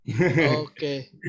Okay